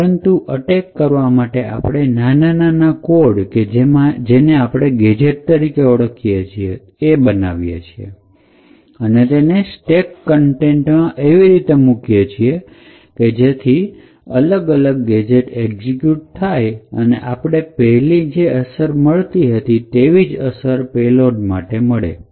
પરંતુ અટેક કરવા માટે આપણે નાના નાના કોડ કે જેને આપણે ગેજેટ તરીકે ઓળખે છે કે બનાવીએ છીએ અને તેને સ્ટેકના કન્ટેન્ટ મા એવી રીત મૂકીએ છીએ કે જેથી અલગ અલગ ગેજેટ એક્ઝિક્યુટ થાય અને આપણે પેલા જે અસર મળતી હતી એ જ અસર પેલોડ માટે મળે